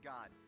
God